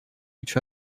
each